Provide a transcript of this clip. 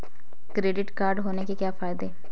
Credit card होने के क्या फायदे हैं?